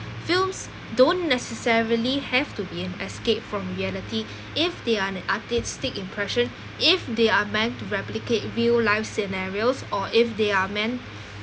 films don't necessarily have to be an escape from reality if they are an artistic impression if they are meant to replicate real life scenarios or if they are meant